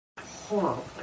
horrible